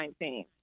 2019